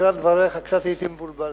בתחילת דבריך קצת הייתי מבולבל,